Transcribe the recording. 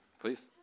Please